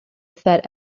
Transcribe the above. fat